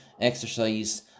exercise